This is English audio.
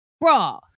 bra